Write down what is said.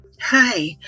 Hi